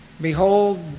Behold